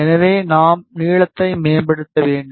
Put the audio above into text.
எனவே நாம் நீளத்தை மேம்படுத்த வேண்டும்